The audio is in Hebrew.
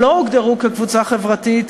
שלא הוגדרו כקבוצה חברתית,